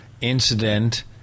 incident